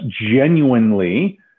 genuinely